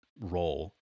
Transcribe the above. role